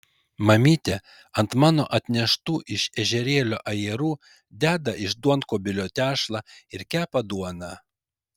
mamytė ant mano atneštų iš ežerėlio ajerų deda iš duonkubilio tešlą ir kepa duoną